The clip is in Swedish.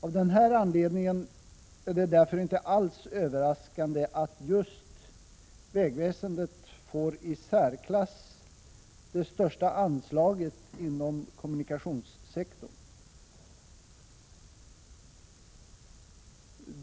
Av denna anledning är det därför inte alls överraskande att just vägväsendet får det i särklass största anslaget inom kommunikationssektorn.